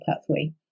pathway